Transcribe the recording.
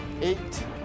eight